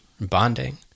bonding